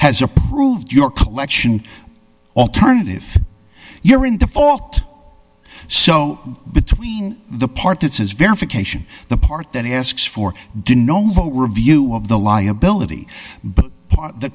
has approved your collection alternative you're in default so between the part that says verification the part that asks for didn't know review of the liability but the